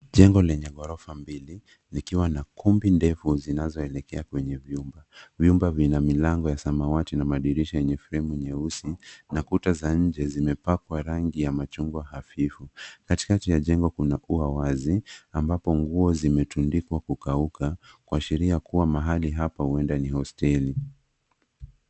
Jengo lenye gorofa mbili zikiwa na kumbi ndefu zinazo elekea kwenye vyumba. Vyumba vina milango ya samawati na madirisha enye framu nyeusi na kuta za nje zimepakwa rangi ya machungwa hafifu. Katikati ya jengo kuna kuwa wazi ambapo nguo zimetundikwa kukauka kuashiria kuwa mahali hapa huenda ni hosteli.